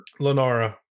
Lenara